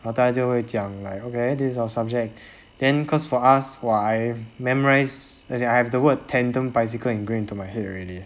然后大家就会讲 like okay this is your subject then cause for us !wah! I memorise as in I have the word tandem bicycle ingrained into my head already